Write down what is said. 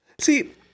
See